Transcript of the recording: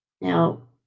Now